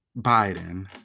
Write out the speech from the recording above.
Biden